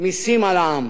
מסים על העם.